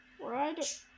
Right